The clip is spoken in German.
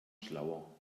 schlauer